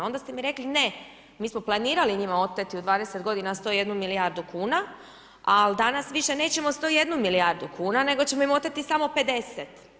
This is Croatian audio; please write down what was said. Onda ste mi rekli ne, mi smo planirali njima oteti u 20 godina 101 milijardu kuna, ali danas više nećemo 101 milijardu kuna, nego ćemo im oteti samo 50.